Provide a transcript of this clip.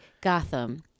Gotham